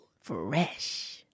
Fresh